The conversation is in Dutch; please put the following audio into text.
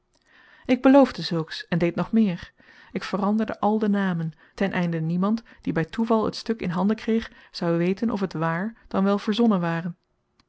ik beloofde zulks en deed nog meer ik veranderde al de namen ten einde niemand die bij toeval het stuk in handen kreeg zoû weten of het waar dan wel verzonnen ware